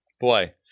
Boy